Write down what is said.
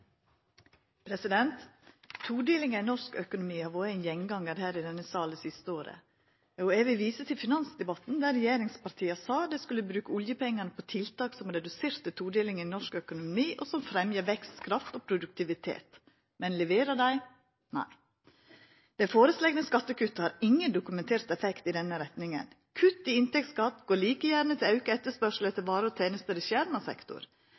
norsk økonomi har vore ein gjengangar i denne salen det siste året. Eg vil visa til finansdebatten der regjeringspartia sa at dei skulle bruka oljepengar på tiltak som reduserer todelinga i norsk økonomi, og som fremjar vekstkraft og produktivitet. Men leverer dei? Nei. Dei føreslåtte skattekutta har ingen dokumentert effekt i denne retninga. Kutt i inntektsskatt går like gjerne til auka etterspørsel etter varer og tenester i skjerma sektor.